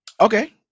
Okay